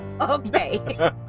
okay